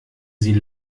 sie